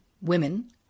women